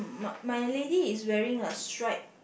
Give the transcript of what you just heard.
my my lady is wearing a stripe